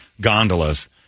gondolas